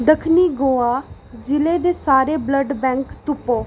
दक्खनी गोवा जि'ले दे सारे ब्लड बैंक तुप्पो